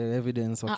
evidence